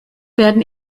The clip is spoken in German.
werden